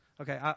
Okay